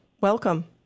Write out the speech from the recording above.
Welcome